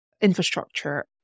infrastructure